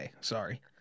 Sorry